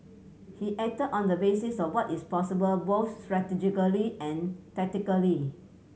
he acted on the basis of what is possible both strategically and tactically